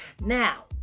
Now